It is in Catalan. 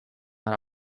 ara